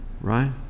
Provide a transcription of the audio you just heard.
right